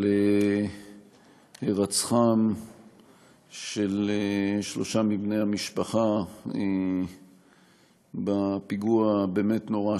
הירצחם של שלושה מבני המשפחה בפיגוע הבאמת-נורא,